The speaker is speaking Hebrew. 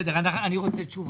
אני רוצה תשובה.